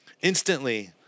Instantly